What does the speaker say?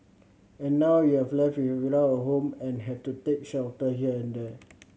and now you have left without a home and have to take shelter here and there